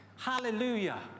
Hallelujah